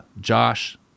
Josh